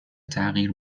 تغییر